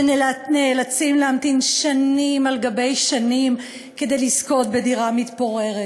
שנאלצים להמתין שנים על שנים כדי לזכות בדירה מתפוררת,